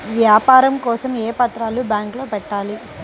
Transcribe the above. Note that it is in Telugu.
వ్యాపారం కోసం ఏ పత్రాలు బ్యాంక్లో పెట్టాలి?